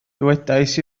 dywedais